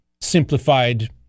simplified